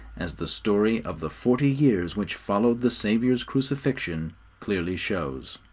as the story of the forty years which followed the saviour's crucifixion clearly shows.